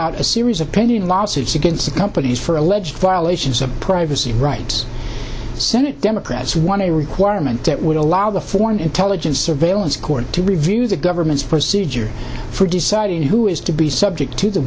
out a series of pending lawsuits against the companies for alleged violations of privacy rights senate democrats wanted a requirement that would allow the foreign intelligence surveillance court to review the government's procedure for deciding who is to be subject to the